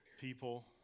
people